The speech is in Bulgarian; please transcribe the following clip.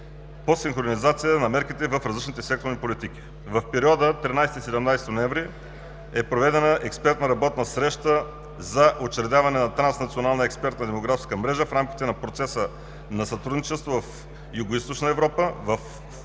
по синхронизация на мерките в различните секторни политики. В периода 13 – 17 ноември е проведена експертна работна среща за учредяване на транснационална експертна демографска мрежа в рамките на Процеса на сътрудничество в Югоизточна Европа